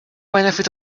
benefit